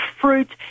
fruit